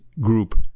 group